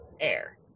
air